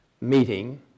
meeting